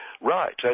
Right